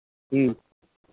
ᱦᱮᱸ